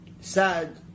Sad